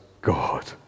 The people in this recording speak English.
God